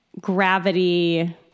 Gravity